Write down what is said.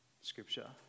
scripture